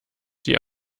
die